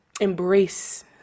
embrace